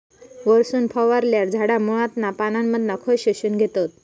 वरसून फवारल्यार झाडा मुळांतना पानांमधना खत शोषून घेतत